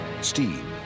Steve